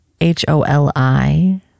H-O-L-I